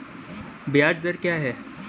ब्याज दर क्या है?